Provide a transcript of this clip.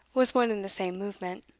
was one and the same movement.